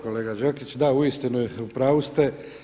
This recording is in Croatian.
Kolega Đakić, da uistinu u pravu ste.